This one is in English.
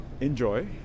enjoy